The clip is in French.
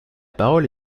parole